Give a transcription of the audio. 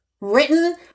written